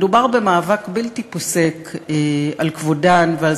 מדובר במאבק בלתי פוסק על כבודן ועל